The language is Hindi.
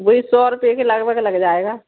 वहीं सौ रुपये के लगभग लग जाएगा